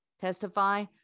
testify